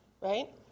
right